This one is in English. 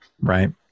right